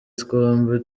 twombi